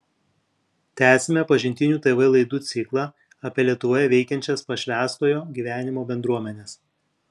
tęsiame pažintinių tv laidų ciklą apie lietuvoje veikiančias pašvęstojo gyvenimo bendruomenes